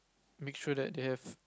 make sure that they have